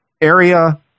area